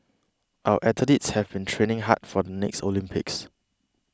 our athletes have been training hard for the next Olympics